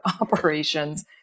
operations